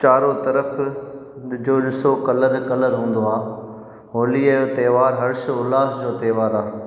चारों तरफ विचो ॾिसो कलर कलर हूंदो आहे होलीअ जो त्योहार हर्ष उल्लास जो त्योहार आहे